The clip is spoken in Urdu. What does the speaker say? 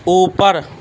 اوپر